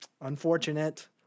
unfortunate